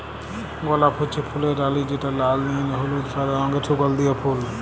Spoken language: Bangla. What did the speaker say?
গলাপ হচ্যে ফুলের রালি যেটা লাল, নীল, হলুদ, সাদা রঙের সুগন্ধিও ফুল